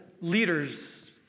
leaders